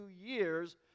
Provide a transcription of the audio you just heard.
years